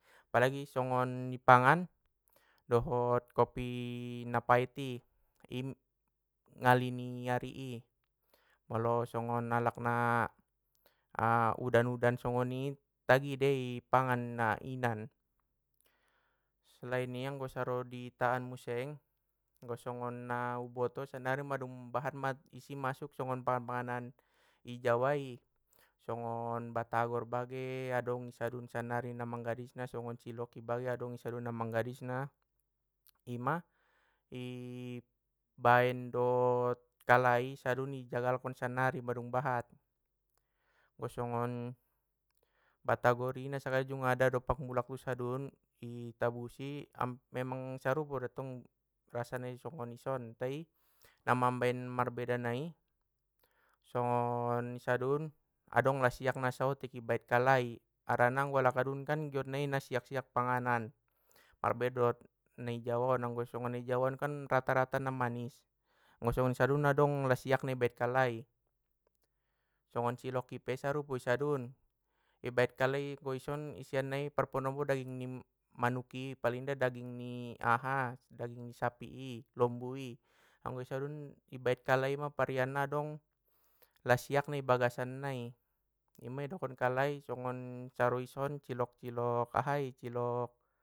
Apalagi songan i pangan! Dohot kopi na paet i ngali ni ari i, molo songon alak na udan udan songoni tagi dei i pangan nainan, selain ni anggo saro ni ita an muse, anggo songon na uboto sannari mandung bahat ma isi masuk songon pangan panganan i jawa i, songon batagor bagen, adong i sadun san nari na manggadisna songon cilok i bagen adong i sadun na manggadisna, ima! i baen do kalai i sadun i jagalkon sannari mandung bahat. Anggo songon, batagor i nasakali junggada dompak mulak tu sadun i tabusi am- memang sarupo dot tong rasa nai songon i son tai na mambaen marbeda nai, songon i sadun adong lasiakna sohotik i baen kalai, harana anggo alak adunkan giotnaikan anggo na siak siak panganan marbeda dot nai jawaon, anggo songon nai jawa on kan rata rata namanis, anggo songon i sadun adong lasiakna i baen kalai, songon cilok i pe sarupo i sadun, i baen kalai anggo ison isian nai par manombo daging ni man- manuk i pala inda daging ni aha daging ni sapi i lombu i, anggo i sadun i bae kalai ma varianna adong lasiakna i bagasan nai, ima idokon kalai songon saro i son cilok cilok ahai cilok.